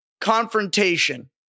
confrontation